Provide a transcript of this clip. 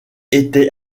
était